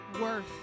worth